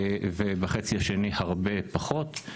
ובחצי השני הרבה פחות.